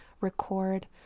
record